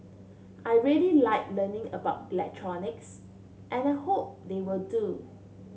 I really like learning about electronics and I hope they will do